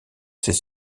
ses